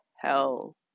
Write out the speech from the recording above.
hell